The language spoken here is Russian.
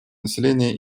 населения